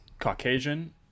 Caucasian